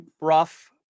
rough